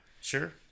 Sure